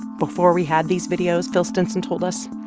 before we had these videos, phil stinson told us,